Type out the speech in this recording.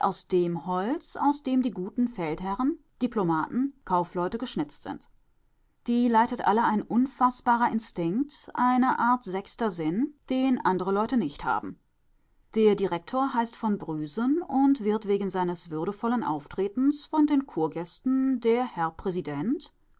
aus dem holz aus dem die guten feldherren diplomaten kaufleute geschnitzt sind die leitet alle ein unfaßbarer instinkt eine art sechster sinn den andere leute nicht haben der direktor heißt von brüsen und wird wegen seines würdevollen auftretens von den kurgästen der herr präsident